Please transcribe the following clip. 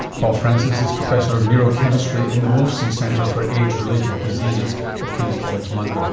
paul francis is professor of neurochemistry in the wolfson centre for age-related diseases at king's college, london.